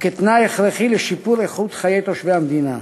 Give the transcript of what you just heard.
וכתנאי הכרחי לשיפור איכות חיי תושבי המדינה.